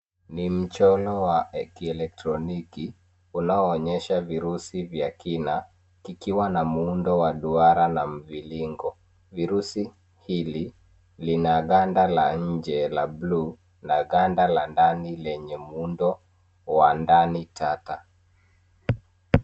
Ni mchoro wa kieletroniki, unaoonyesha virusi vya kina, kikiwa na mchoro wa duara na mviringo. Virusi hili lina ganda la nje la blue na ganda la ndani lenye muundo wa ndani tata.